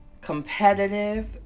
Competitive